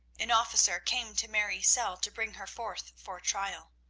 an officer came to mary's cell to bring her forth for trial.